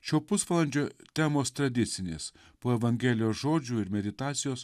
šio pusvalandžio temos tradicinės po evangelijos žodžių ir meditacijos